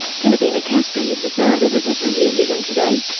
timothy nicastri is the sound editor for rear vision today.